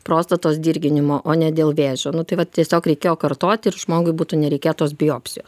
prostatos dirginimo o ne dėl vėžio nu tai va tiesiog reikėjo kartoti ir žmogui būtų nereikėję tos biopsijos